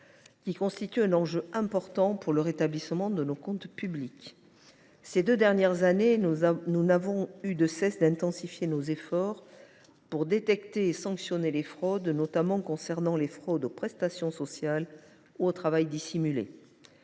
qui constitue un enjeu important pour le rétablissement de nos comptes publics. Ces deux dernières années, nous n’avons eu de cesse d’intensifier nos efforts pour détecter et sanctionner les fraudes ; je pense notamment aux fraudes aux prestations sociales ou au travail dissimulé.